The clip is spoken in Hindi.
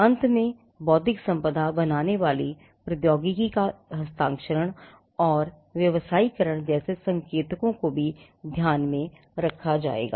अंत में बौद्धिक संपदा बनाने वाली प्रौद्योगिकी का हस्तांतरण और व्यावसायीकरण जैसे संकेतकों को भी ध्यान में रखा जाएगा